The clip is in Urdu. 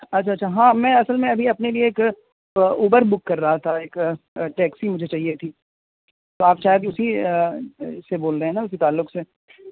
اچھا اچھا ہاں میں اصل میں ابھی اپنے لیے ایک اوبر بک کر رہا تھا ایک ٹیکسی مجھے چاہیے تھی تو آپ شاید اسی سے بول رہے ہیں نا اسی تعلق سے